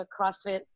CrossFit